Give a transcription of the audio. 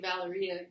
Valeria